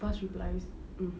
fast replies mm